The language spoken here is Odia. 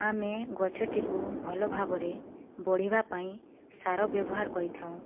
ଆମେ ଗଛଟିକୁ ଭଲ ଭାବରେ ବଢ଼ିବା ପାଇଁ ସାର ବ୍ୟବହାର କରିଥାଉଁ